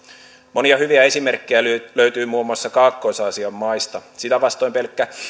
monia hyviä esimerkkejä löytyy muun muassa kaakkois aasian maista sitä vastoin pelkkä